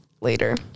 later